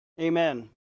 Amen